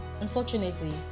Unfortunately